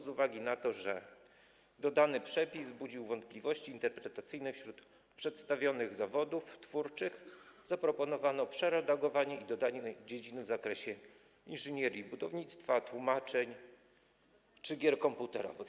Z uwagi na to, że dodany przepis budził wątpliwości interpretacyjne wśród przedstawionych zawodów twórczych, zaproponowano przeredagowanie i dodanie dziedzin w zakresie inżynierii budowlanej, tłumaczeń czy gier komputerowych.